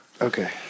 Okay